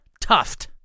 Tuft